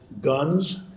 guns